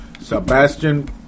Sebastian